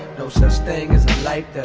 no such thing like